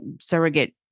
surrogate